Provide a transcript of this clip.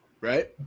Right